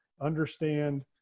understand